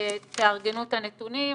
תארגנו את הנתונים,